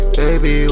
baby